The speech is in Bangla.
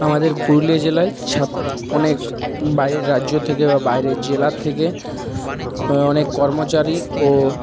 আমাদের পুরুলিয়া জেলায় ছাপ অনেক বাইরের রাজ্য থেকে বা বাইরের জেলার থেকে অনেক কর্মচারী ও